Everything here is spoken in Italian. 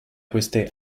queste